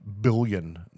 billion